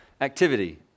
activity